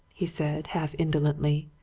he said, half indolently.